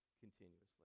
continuously